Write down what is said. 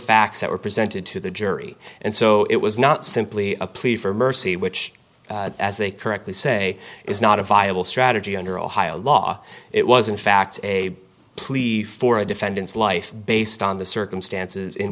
facts that were presented to the jury and so it was not simply a plea for mercy which as they correctly say is not a viable strategy under ohio law it was in fact a plea for a defendant's life based on the circumstances in